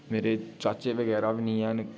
मेरे चाचे बगैरा बी नेईं हैन